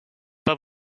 pas